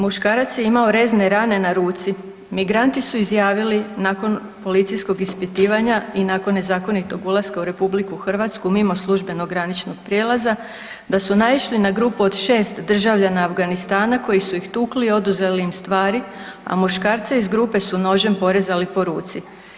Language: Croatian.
Muškarac je imao rezne rane na ruci, migranti su izjavili nakon policijskog ispitivanja i nakon nezakonitog ulaska u RH mimo službenog graničnog prijelaza da su naišli na grupu od 6 državljana Afganistana koji su ih tukli i oduzeli im stvari, a muškarce iz grupe su nožem porezali po ruci.